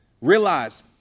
Realize